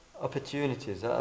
opportunities